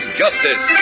justice